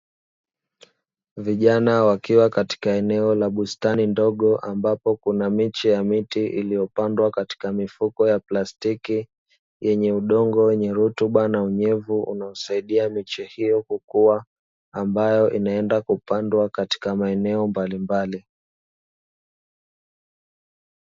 Vijana wakiwa katika eneo la bustani ndogo ambapo kuna miti iliyopandwa katika mifuko ya plastiki, yenye udongo wenye rutuba na unyevu unaosaidia miche kukua ambayo inaenda kupandwa katika maeneo mbalimbali.